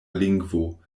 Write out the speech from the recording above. lingvo